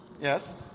Yes